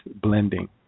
blending